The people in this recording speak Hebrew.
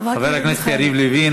חברת הכנסת מיכאלי.